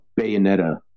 Bayonetta